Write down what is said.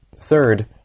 Third